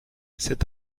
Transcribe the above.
cet